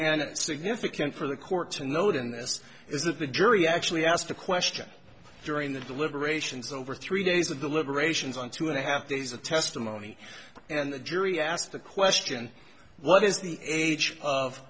it significant for the court to note in this is that the jury actually asked a question during the deliberations over three days of deliberations on two and a half days of testimony and the jury asked the question what is the age of